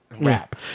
rap